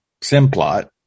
Simplot